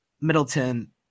Middleton